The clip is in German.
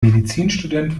medizinstudent